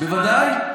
בוודאי.